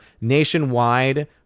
nationwide